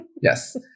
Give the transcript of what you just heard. Yes